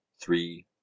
three